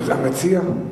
והמציע?